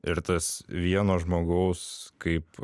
ir tas vieno žmogaus kaip